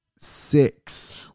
Six